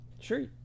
sure